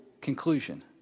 conclusion